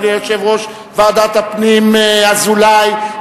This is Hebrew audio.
ליושב-ראש ועדת הפנים אזולאי,